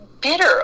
bitter